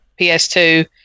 PS2